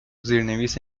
زیرنویس